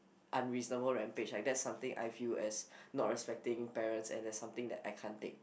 unreasonable rampage and that's something I view as not respecting parents and that's something that I can't take